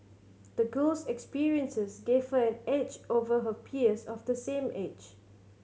the girl's experiences gave her an edge over her peers of the same age